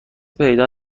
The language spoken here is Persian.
پیدا